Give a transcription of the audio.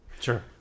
Sure